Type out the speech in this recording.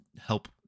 help